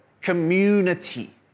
community